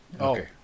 Okay